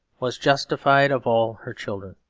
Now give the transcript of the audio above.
was justified of all her children.